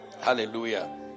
Hallelujah